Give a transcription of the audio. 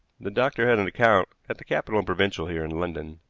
the doctor had an account at the capital and provincial here in london.